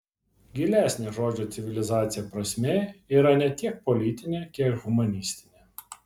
gilesnė žodžio civilizacija prasmė yra ne tiek politinė kiek humanistinė